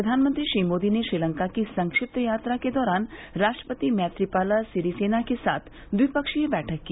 प्रधानमंत्री श्री मोदी ने श्रीलंका की संक्षित यात्रा के दौरान राष्ट्रपति मैत्रीपाला सिरिसेना के साथ ट्विपक्षीय बैठक की